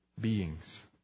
beings